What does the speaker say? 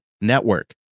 network